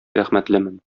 рәхмәтлемен